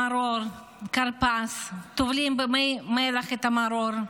מרור, כרפס, טובלים במי מלח את המרור,